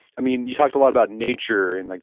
i mean you talked a lot about nature and like,